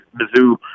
Mizzou